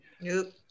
Nope